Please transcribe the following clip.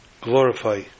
glorify